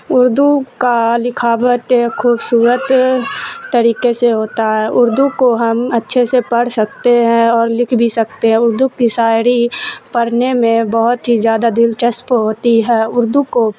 اردو کا لکھاوٹ ایک خوبصورت طریقے سے ہوتا ہے اردو کو ہم اچھے سے پڑھ سکتے ہیں اور لکھ بھی سکتے ہیں اردو کی شاعری پڑھنے میں بہت ہی زیادہ دلچسپ ہوتی ہے اردو کو